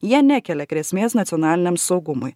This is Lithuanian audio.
jie nekelia grėsmės nacionaliniam saugumui